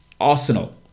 Arsenal